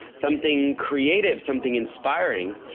something creative, something inspiring.